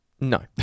No